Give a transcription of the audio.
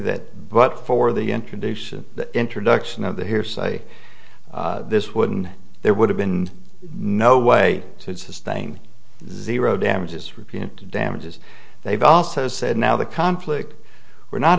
that but for the introduction the introduction of the hearsay this wouldn't there would have been no way to sustain zero damages repeat damages they've also said now the conflict were not